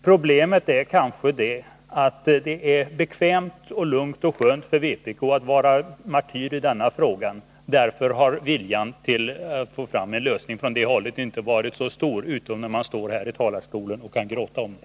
Problemet är kanske att det är bekvämt, lugnt och skönt för vpk att vara martyr i denna fråga och att därför viljan från det hållet att få fram en lösning inte varit så stor, utom när man stått här i talarstolen och kunnat gråta om det.